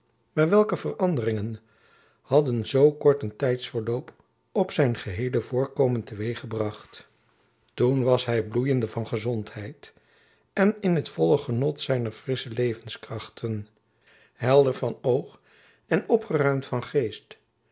maar welke veranderingen had zoo kort een tijdsverloop op zijn geheele voorkomen te weeg gebracht toen was hy bloeiende van gezondheid en in t volle genot zijner frissche levenskrachten helder van oog en opgeruimd van geest